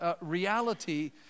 reality